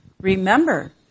Remember